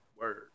Word